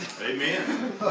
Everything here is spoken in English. Amen